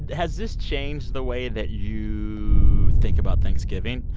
has this changed the way that you think about thanksgiving?